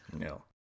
No